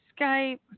Skype